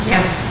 Yes